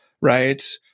Right